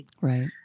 Right